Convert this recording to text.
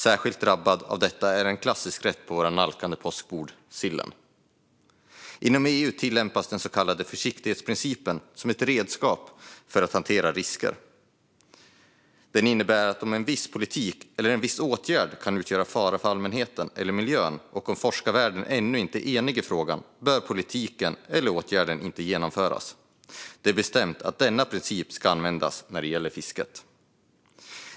Särskilt drabbad av detta är en klassisk rätt på våra nalkande påskbord: sillen. Inom EU tillämpas den så kallade försiktighetsprincipen som ett redskap för att hantera risker. Den innebär att om en viss politik eller en viss åtgärd kan utgöra fara för allmänheten eller miljön och om forskarvärlden ännu inte är enig i frågan bör politiken eller åtgärden inte genomföras. Det är bestämt att denna princip ska användas när det gäller fisket.